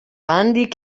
handik